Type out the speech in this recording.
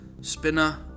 Spinner